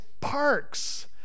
parks